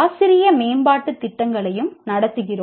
ஆசிரிய மேம்பாட்டு திட்டங்களையும் நடத்துகிறோம்